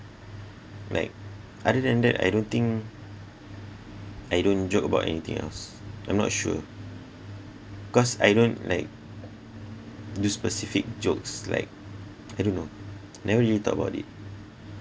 like other than that I don't think I don't joke about anything else I'm not sure cause I don't like do specific jokes like I don't know never really thought about it